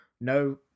No